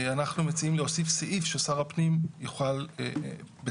אנחנו מציעים להוסיף סעיף ששר הפנים יוכל בצו